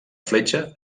fletxa